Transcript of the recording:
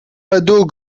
radeau